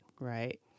Right